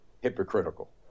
hypocritical